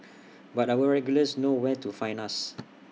but our regulars know where to find us